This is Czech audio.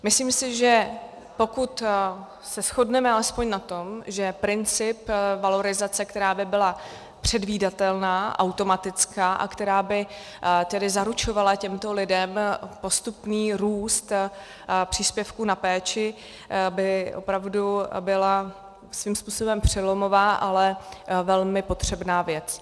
Myslím si, že pokud se shodneme alespoň na tom, že princip valorizace, která by byla předvídatelná, automatická a která by tedy zaručovala těmto lidem postupný růst příspěvků na péči, by opravdu byla svým způsobem přelomová, ale velmi potřebná věc.